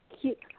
cute